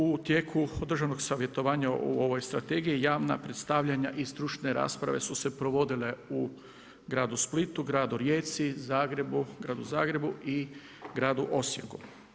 U tijeku održanog savjetovanja o ovoj strategiji javna predstavljanja i stručne rasprave su se provodile u gradu Splitu, gradu Rijeci, Zagrebu, gradu Zagrebu i gradu Osijeku.